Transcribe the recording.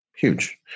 Huge